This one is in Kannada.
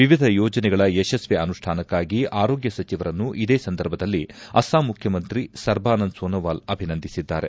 ವಿವಿಧ ಯೋಜನೆಗಳ ಯಶಸ್ವಿ ಅನುಷ್ಠಾನಕ್ಕಾಗಿ ಆರೋಗ್ಟ ಸಚಿವರನ್ನು ಇದೇ ಸಂದರ್ಭದಲ್ಲಿ ಅಸ್ಲಾಂ ಮುಖ್ಚಮಂತ್ರಿ ಸರ್ಬಾನಂದ್ ಸೋನೋವಾಲ್ ಅಭಿನಂದಿಸಿದ್ದಾರೆ